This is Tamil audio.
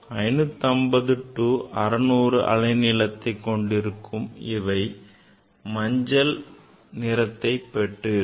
550 to 600 அலை நீளத்தை கொண்டிருக்கும் இவை மஞ்சள் நிறத்தைப் பெற்றிருக்கும்